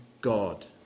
God